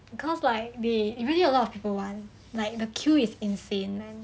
cause like they really a lot of people want like the queue is insane